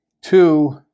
two